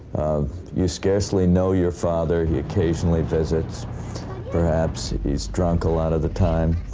you scarcely know your father, he occasionally visits perhaps he's drunk a lot of the time.